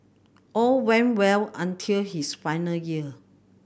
all went well until his final year